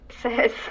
says